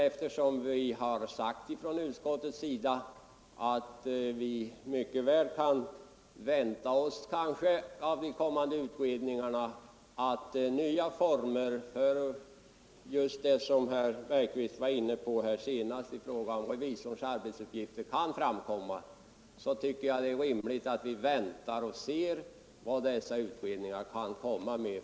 Eftersom vi emellertid i utskottet har sagt att vi mycket väl kan vänta oss av de kommande utredningarna förslag till nya former för det som herr Bergqvist senast var inne på i fråga om revisorns arbetsuppgifter, tycker jag det är rimligt att vi väntar och ser vilka förslag dessa utredningar kan komma med.